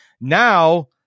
Now